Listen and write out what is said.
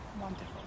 wonderful